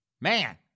man